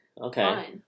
Okay